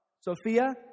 Sophia